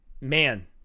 man